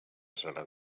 serà